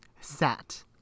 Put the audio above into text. Sat